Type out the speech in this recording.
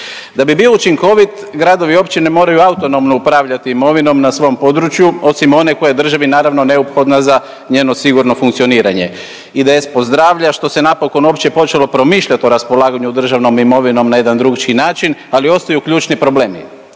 Da bi bio učinkovit gradovi i općine moraju autonomno upravljat imovinom na svom području osim one koja je državi naravno neophodna za njeno sigurno funkcioniranje. IDS pozdravlja što se napokon uopće počelo promišljat o raspolaganju državnom imovinom na jedan drukčiji način, ali ostaju ključni problemi.